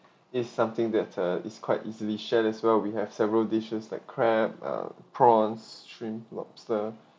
it's something that uh it's quite easily shared as well we have several dishes like crab uh prawns shrimp lobster